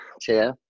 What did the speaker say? chair